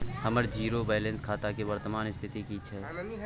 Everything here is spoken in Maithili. हमर जीरो बैलेंस खाता के वर्तमान स्थिति की छै?